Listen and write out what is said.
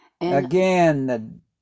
Again